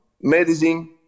medicine